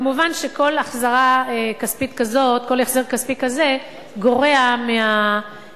מובן שכל החזר כספי כזה גורע מהתקבולים